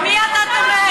במי אתה תומך?